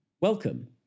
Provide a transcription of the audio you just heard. Welcome